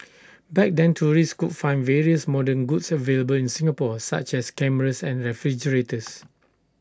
back then tourists could find various modern goods available in Singapore such as cameras and refrigerators